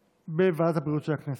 התשפ"ב 2022, לוועדת הבריאות נתקבלה.